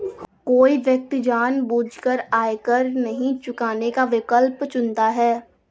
कोई व्यक्ति जानबूझकर आयकर नहीं चुकाने का विकल्प चुनता है